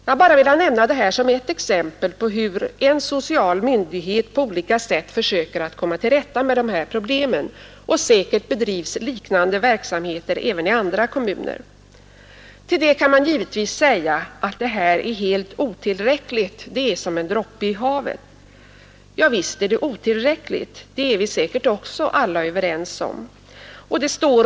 Jag har velat nämna detta som ett exempel på hur de sociala myndigheterna på olika sätt försöker komma till rätta med dessa problem. Säkert bedrivs liknande verksamhet även i andra kommuner. Man kan givetvis säga att det här är helt otillräckligt, att det är som en droppe i havet. Ja, visst är det otillräckligt — det är vi säkert alla överens om.